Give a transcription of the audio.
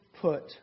put